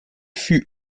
fut